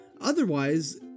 Otherwise